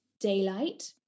Daylight